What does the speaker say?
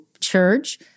church